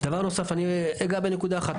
דבר נוסף, אני אגע בנקודה אחת.